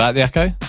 ah the echo.